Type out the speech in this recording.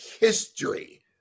history